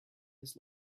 his